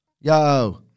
Yo